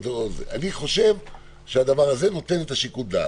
אני חושב שהדבר הזה נותן את שיקול הדעת.